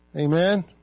Amen